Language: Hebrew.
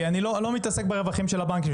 כי אני לא מתעסק ברווחים של הבנקים,